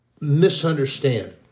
misunderstand